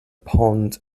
pond